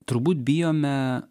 turbūt bijome